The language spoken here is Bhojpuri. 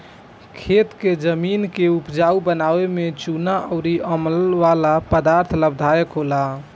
खेत के जमीन के उपजाऊ बनावे में चूना अउर अमल वाला पदार्थ लाभदायक होला